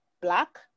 Black